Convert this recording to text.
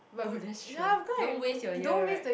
oh that's true don't waste your year right